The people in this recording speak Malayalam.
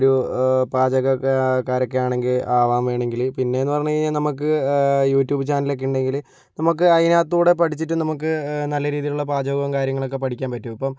ഒരു പാചകക്കാരൊക്കെ ആവണമെങ്കിൽ ആവാം വേണമെങ്കിൽ പിന്നെയെന്ന് പറഞ്ഞുകഴിഞ്ഞാൽ നമുക്ക് യൂട്യൂബ് ചാനലൊക്കെ ഉണ്ടെങ്കിൽ നമുക്ക് അതിനകത്തൂടെ പഠിച്ചിട്ട് നമുക്ക് നല്ല രീതിയിലുള്ള പാചകവും കാര്യങ്ങളൊക്കെ പഠിക്കാൻ പറ്റും ഇപ്പോൾ